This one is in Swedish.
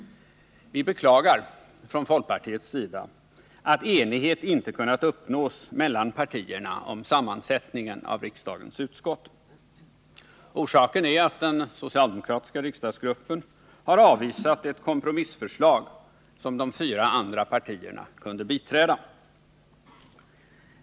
Vi beklagar från folkpartiets håll att enighet inte kunnat uppnås mellan partierna om sammansättningen av riksdagens utskott. Orsaken är att den socialdemokratiska riksdagsgruppen har avvisat ett kompromissförslag, som de fyra andra partierna kunde biträda.